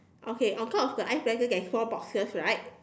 okay on top of the ice blender there is four boxes right